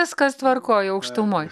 viskas tvarkoj aukštumoj